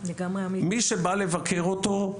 מי שבא לבקר אותו,